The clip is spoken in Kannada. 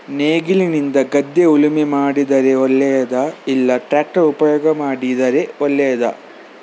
ನೇಗಿಲಿನಿಂದ ಗದ್ದೆ ಉಳುಮೆ ಮಾಡಿದರೆ ಒಳ್ಳೆಯದಾ ಇಲ್ಲ ಟ್ರ್ಯಾಕ್ಟರ್ ಉಪಯೋಗ ಮಾಡಿದರೆ ಒಳ್ಳೆಯದಾ?